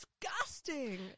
disgusting